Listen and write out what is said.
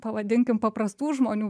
pavadinkim paprastų žmonių